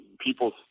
People